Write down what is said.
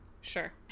Sure